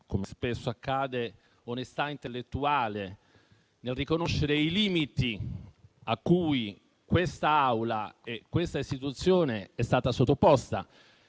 come spesso accade, onestà intellettuale nel riconoscere i limiti a cui l'Assemblea e la nostra istituzione sono state sottoposte.